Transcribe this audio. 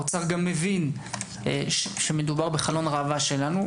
הוא גם מבין שמדובר בחלון ראווה שלנו,